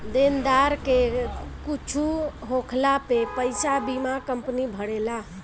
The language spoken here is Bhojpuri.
देनदार के कुछु होखला पे पईसा बीमा कंपनी भरेला